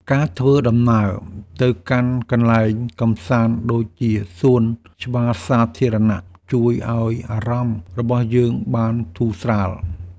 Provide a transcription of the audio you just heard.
ការធ្វើដំណើរទៅកាន់កន្លែងកម្សាន្តដូចជាសួនច្បារសាធារណៈជួយឱ្យអារម្មណ៍របស់យើងបានធូរស្រាល។